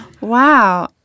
Wow